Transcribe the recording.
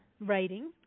writing